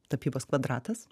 tapybos kvadratas